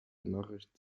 nachricht